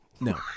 No